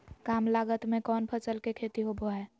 काम लागत में कौन फसल के खेती होबो हाय?